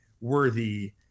worthy